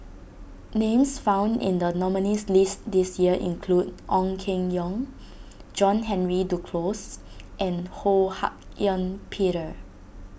names found in the nominees' list this year include Ong Keng Yong John Henry Duclos and Ho Hak Ean Peter